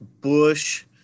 Bush